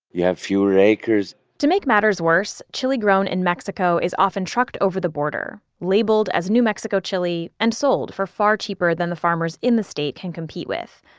you have fewer acres. to make matters worse, chili grown in mexico is often trucked over the border, labeled as new mexico chili, and sold for far cheaper than the farmers in the state can compete with.